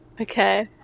Okay